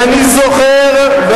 אבל זה לא היה,